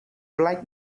black